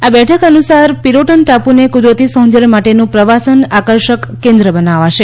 આ બેઠક અનુસાર પિરોટન ટાપૂને કુદરતી સૌંદર્ય માટેનું પ્રવાસન આકર્ષક કેન્દ્ર બનાવાશે